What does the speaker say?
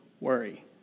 worry